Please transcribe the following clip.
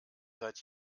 seit